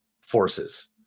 forces